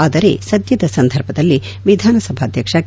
ಆದರೆ ಸದ್ದದ ಸಂದರ್ಭದಲ್ಲಿ ವಿಧಾನಸಭಾಧ್ವಕ್ಷ ಕೆ